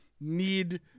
need